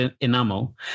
enamel